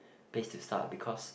place to start because